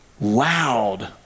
loud